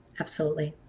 absolutely.